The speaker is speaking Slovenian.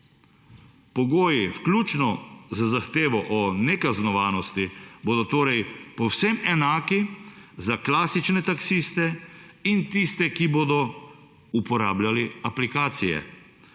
Pogoji vključno z zahtevo o nekaznovanosti bodo torej povsem enaki za klasične taksiste in tiste, ki bodo uporabljali aplikacije.